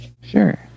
Sure